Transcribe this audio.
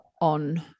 on